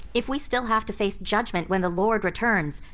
if we still have to face judgment when the lord returns,